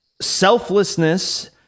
selflessness